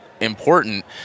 important